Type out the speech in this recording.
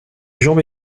jambes